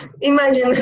imagine